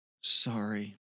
Sorry